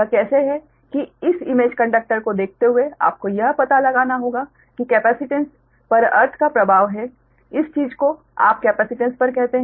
यह कैसे है कि इस इमेज कंडक्टर को देखते हुए आपको यह पता लगाना होगा कि कैपेसिटेन्स पर अर्थ का क्या प्रभाव है इस चीज को आप कैपेसिटेंस पर कहते हैं